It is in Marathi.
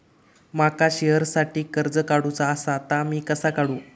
माका शेअरसाठी कर्ज काढूचा असा ता मी कसा काढू?